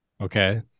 Okay